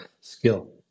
skill